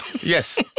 Yes